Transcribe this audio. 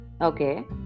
Okay